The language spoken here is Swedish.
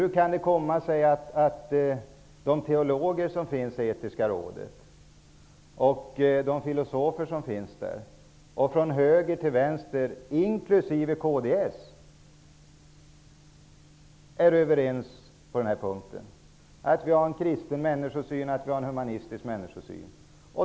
Hur kan det komma sig att de teologer och filosofer som finns i Etiska rådet, från höger till vänster, inklusive kds, är överens om att vi har en kristen och humanistisk människosyn?